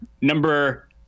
number